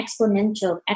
exponential